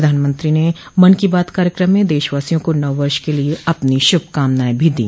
प्रधानमंत्री ने मन की बात कार्यक्रम में देशवासिया को नव वर्ष के लिए अपनी श्रभकामनाएं भी दी